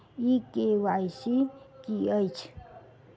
ई KYC की अछि?